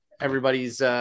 everybody's –